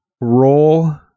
Roll